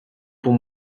pour